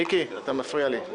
--- מיקי, אתה מפריע לי.